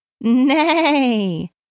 nay